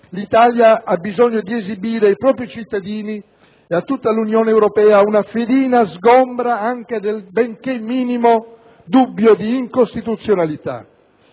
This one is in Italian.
l'Italia ha bisogno di esibire ai propri cittadini ed a tutta l'Unione europea una fedina sgombra anche del benché minimo dubbio di incostituzionalità.